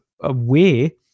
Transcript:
away